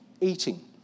eating